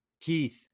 Keith